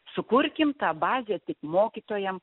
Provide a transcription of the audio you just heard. sukurkim tą bazę tik mokytojam